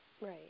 Right